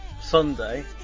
Sunday